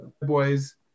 boys